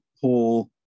Paul